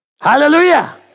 Hallelujah